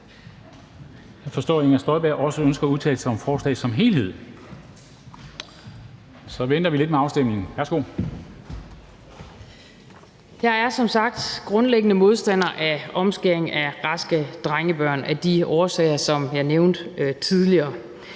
jeg forstår, at Inger Støjberg også ønsker at udtale sig om forslaget som helhed. Så venter vi lidt med afstemningen. Værsgo. Kl. 13:11 (Privatist) Inger Støjberg (UFG): Jeg er som sagt grundlæggende modstander af omskæring af raske drengebørn af de årsager, som jeg nævnte tidligere.